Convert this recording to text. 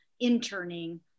interning